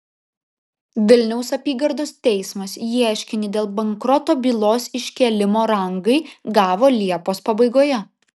vilniaus apygardos teismas ieškinį dėl bankroto bylos iškėlimo rangai gavo liepos pabaigoje